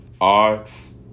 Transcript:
Ox